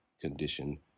condition